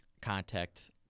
contact